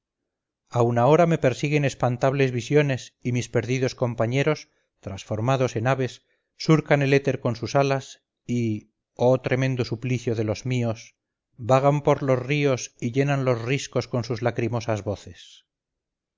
calidonia aun ahora me persiguen espantables visiones y mis perdidos compañeros transformados en aves surcan el éter con sus alas y oh tremendo suplicio de los míos vagan por los ríos y llenan los riscos con sus lacrimosas voces